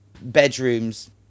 Bedrooms